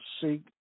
seek